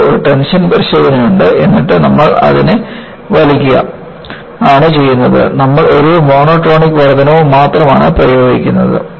നമുക്ക് ഒരു ടെൻഷൻ പരിശോധനയുണ്ട് എന്നിട്ട് നമ്മൾ അതിനെ വലിക്കുക ആണ് ചെയ്യുന്നത് നമ്മൾ ഒരു മോണോടോണിക് വർദ്ധനവ് മാത്രമാണ് പ്രയോഗിക്കുന്നത്